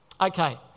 Okay